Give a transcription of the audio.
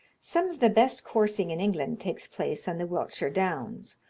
some of the best coursing in england takes place on the wiltshire downs,